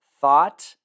thought